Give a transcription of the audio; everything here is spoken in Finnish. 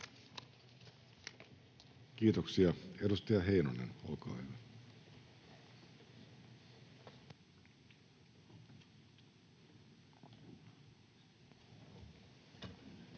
Kiitoksia. — Edustaja Heinonen, olkaa hyvä.